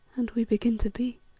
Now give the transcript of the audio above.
and we begin to be.